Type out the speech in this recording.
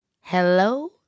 Hello